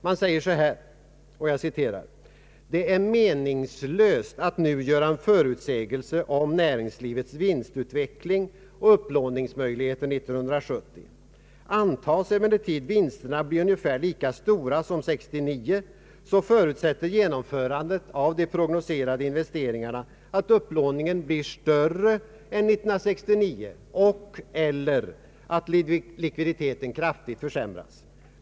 Man säger så här: ”Det är meningslöst att nu göra en förutsägelse om näringslivets vinstutveckling och upplåningsmöjligheter 1970. Antages emellertid vinsterna bli ungefär lika stora som 1969, så förutsätter genomförandet av de prognoserade investeringarna att upplåningen blir större än 1969 och/eller att likviditeten kraftigt försämras.